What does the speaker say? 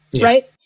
right